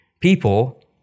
people